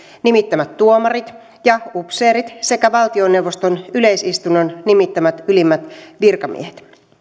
nimittämät tuomarit ja upseerit sekä valtioneuvoston yleisistunnon nimittämät ylimmät virkamiehet